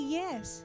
yes